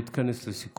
להתכנס לסיכום.